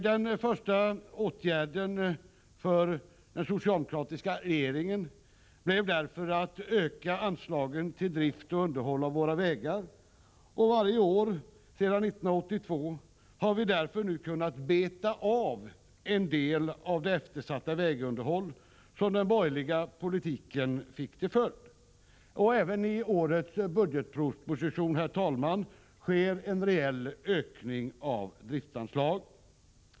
Den första åtgärden för den socialdemokratiska regeringen blev därför att öka anslagen till drift och underhåll av våra vägar, och varje år sedan 1982 har vi därför nu kunna beta av en del av det eftersatta vägunderhåll som den borgerliga politiken fick till följd. Även i årets budgetproposition, herr talman, sker en rejäl ökning av driftsanslaget.